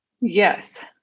Yes